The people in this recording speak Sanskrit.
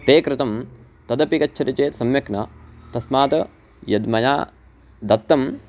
पे कृतं तदपि गच्छति चेत् सम्यक् न तस्मात् यद् मया दत्तम्